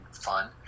fun